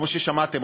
כמו ששמעתם,